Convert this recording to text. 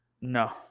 No